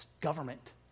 government